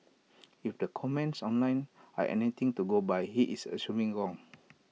if the comments online are anything to go by he is assuming wrong